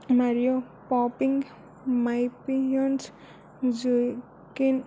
మరియు popping myopia joking